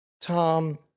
tom